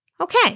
okay